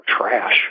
trash